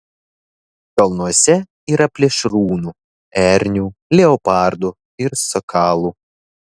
kalnuose yra plėšrūnų ernių leopardų ir sakalų